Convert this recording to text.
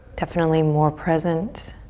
definitely more present.